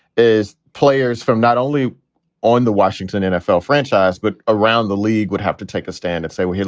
is players from not only on the washington nfl franchise, but around the league would have to take a stand and say, well,